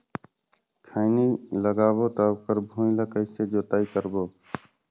खैनी लगाबो ता ओकर भुईं ला कइसे जोताई करबो?